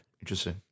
Interesting